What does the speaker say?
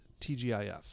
TGIF